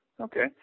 Okay